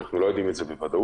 אנחנו לא יודעים את זה בוודאות,